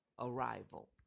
Arrival